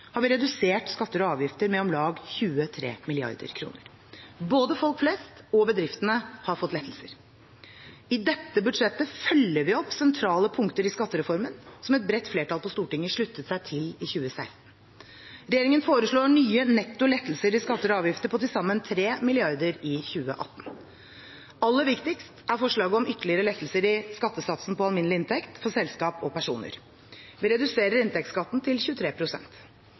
har vi redusert skatter og avgifter med om lag 23 mrd. kr. Både folk flest og bedriftene har fått lettelser. I dette budsjettet følger vi opp sentrale punkter i skattereformen som et bredt flertall på Stortinget sluttet seg til i 2016. Regjeringen foreslår nye netto lettelser i skatter og avgifter på til sammen 3 mrd. kr. i 2018. Aller viktigst er forslaget om ytterligere lettelser i skattesatsen på alminnelig inntekt for selskaper og personer. Vi reduserer inntektsskatten til